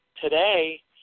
today